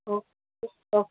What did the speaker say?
okay okay